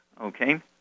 okay